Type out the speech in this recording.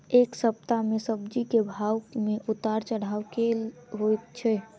एक सप्ताह मे सब्जी केँ भाव मे उतार चढ़ाब केल होइ छै?